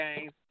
games